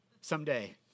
someday